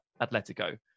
Atletico